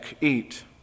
eat